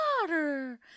water